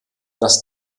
das